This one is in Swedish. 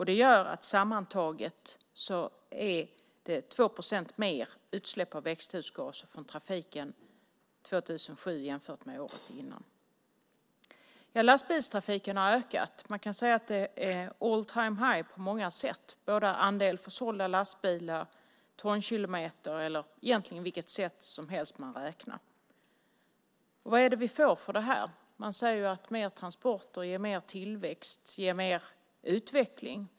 Det gör att det sammantaget är 2 procent mer utsläpp av växthusgaser från trafiken 2007 jämfört med året innan. Lastbilstrafiken har ökat. Man kan säga att det är all-time-high på många sätt, när det gäller både andelen försålda lastbilar och tonkilometer - egentligen vilket sätt man än räknar på. Vad är det vi får för det här? Man säger ju att mer transporter ger mer tillväxt som ger mer utveckling.